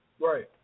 Right